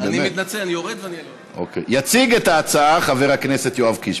התשע"ח 2018. יציג את ההצעה חבר הכנסת יואב קיש,